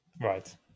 Right